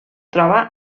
troba